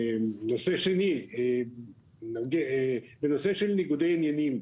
לצערנו אין לנו אפשרות, התקן הרשמי בחוק